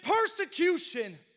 persecution